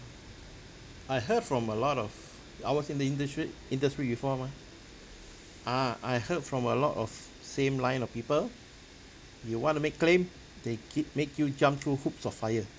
I heard from a lot of I was in the industry industry before mah ah I heard from a lot of same line of people you want to make claim they keep make you jump through hoops of fire